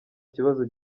kibazo